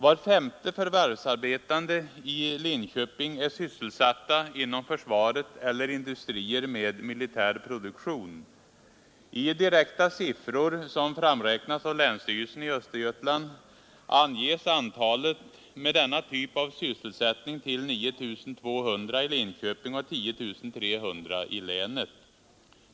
Var femte förvärvsarbetande i Linköping är sysselsatt inom försvaret eller industrier med militär produktion. I direkta siffror, som framräknats av länsstyrelsen i Östergötland, anges antalet med denna typ av sysselsättning till 9 200 i Linköping och 10 300 i länet.